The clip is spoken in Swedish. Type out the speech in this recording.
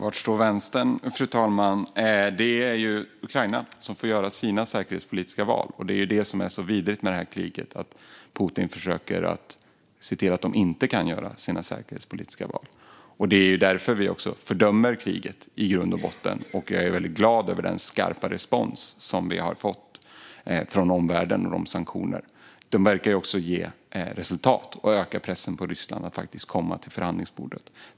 Fru talman! Ja, var står Vänstern? Ukraina får göra sina egna säkerhetspolitiska val. Det är det som gör det här kriget så vidrigt: Putin försöker se till att de inte kan göra egna säkerhetspolitiska val. Därför fördömer vi kriget i grund och botten, och jag är väldigt glad över den skarpa respons som har kommit från omvärlden i form av sanktioner. De verkar ge resultat och ökar pressen på Ryssland att komma till förhandlingsbordet.